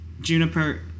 Juniper